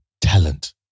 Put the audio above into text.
talent